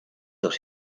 dos